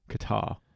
Qatar